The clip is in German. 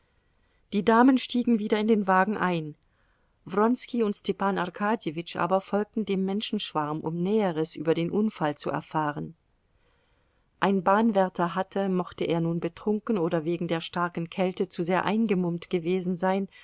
die damen stiegen wieder in den wagen ein wronski und stepan arkadjewitsch aber folgten dem menschenschwarm um näheres über den unfall zu erfahren ein bahnwärter hatte mochte er nun betrunken oder wegen der starken kälte zu sehr eingemummt gewesen sein